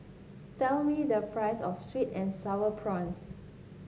tell me the price of sweet and sour prawns